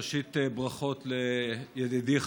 ראשית ברכות לידידי,